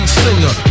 singer